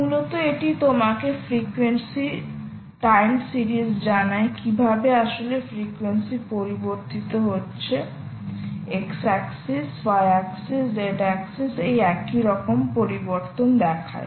মূলত এটি তোমাকে ফ্রিকোয়েন্সিটির টাইম সিরিজ জানায় কীভাবে আসলে ফ্রিকোয়েন্সিগুলি পরিবর্তিত হয় x axis y axis z axis এ একই রকম পরিবর্তন দেখায়